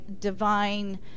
divine